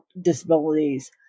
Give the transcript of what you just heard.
disabilities